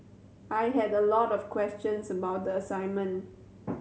I had a lot of questions about the assignment